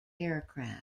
aircraft